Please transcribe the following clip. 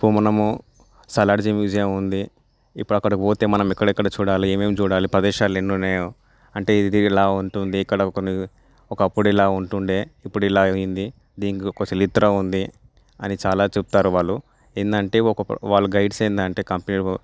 ఇప్పుడు మనము సాలార్ జంగ్ మ్యూజియం ఉంది ఇప్పుడు అక్కడికి పోతే మనం ఎక్కడెక్కడ చూడాలి ఏమేమి చూడాలి ప్రదేశాలు ఎన్ని ఉన్నాయి అంటే ఇది ఇలా ఉంటుంది ఇక్కడ ఒకప్పుడు ఇలా ఉంటుండే ఇప్పుడు ఇలా అయింది దీనికో చరిత్ర ఉంది అని చాలా చెప్తారు వాళ్ళు ఏందంటే వాళ్ళు గైడ్స్ ఏంటంటే కంపేర్